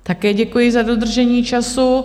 Také děkuji, za dodržení času.